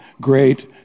great